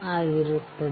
ಆಗಿರುತ್ತದೆ